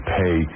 pay